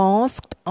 asked